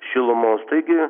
šilumos taigi